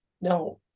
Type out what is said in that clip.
Now